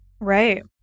Right